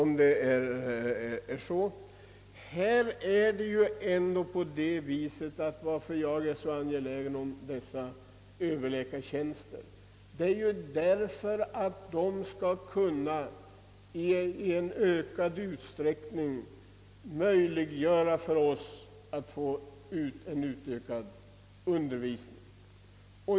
Att jag är så angelägen om dessa överläkartjänster beror på att de skall kunna möjliggöra en ökad undervisning.